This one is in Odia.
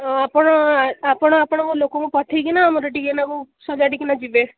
ହଁ ଆପଣ ଆପଣ ଆପଣଙ୍କ ଲୋକଙ୍କୁ ପଠାଇକିନା ଆମର ଟିକେନାଁକୁ ସଜାଡ଼ିକିନା ଯିବେ